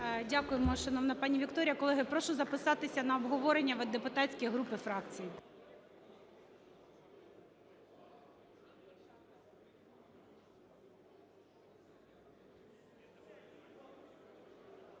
Дякуємо, шановна пані Вікторія. Колеги, прошу записатися на обговорення від депутатських груп і фракцій.